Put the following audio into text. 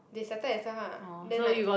they settle themselves ah then like